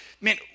man